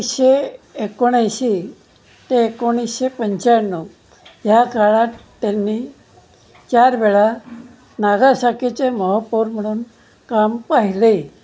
शे एकोणऐंशी ते एकोणीसशे पंच्याण्णव ह्या काळात त्यांनी चार वेळा नागासाकीचे महापौर म्हणून काम पाहिले